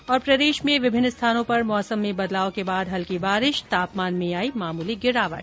्र प्रदेश में विभिन्न स्थानों पर मौसम में बदलाव के बाद हल्की बारिश तापमान में आई मामूली गिरावट